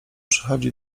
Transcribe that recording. przychodzi